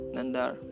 Nandar